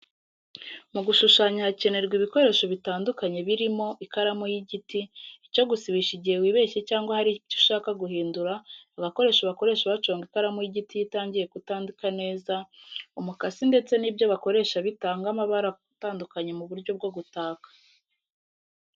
Mu gushushanya hakenerwa ibikoresho bitandukanye birimo: ikaramu y'igiti, icyo gusibisha igihe wibeshye cyangwa hari ibyo ushaka guhindura, agakoresho bakoresha baconga ikaramu y'igiti iyo itangiye kutandika neza, umukasi ndetse n'ibyo bakoresha bitanga amabara atandukanye mu buryo bwo gutaka.